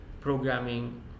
programming